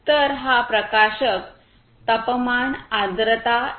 तर हा प्रकाशक तापमान आर्द्रता इ